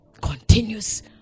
continues